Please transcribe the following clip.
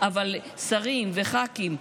אבל שרים וח"כים,